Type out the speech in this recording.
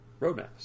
roadmaps